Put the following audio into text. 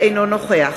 אינו נוכח